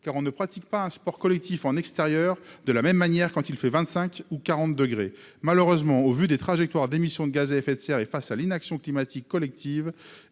on ne pratique pas un sport collectif en extérieur de la même manière quand il fait 25 ou 40 degrés. Au vu des trajectoires d'émissions de gaz à effet de serre et face à l'inaction climatique collective,